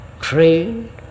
trained